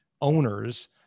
owners